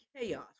chaos